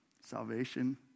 salvation